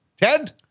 Ted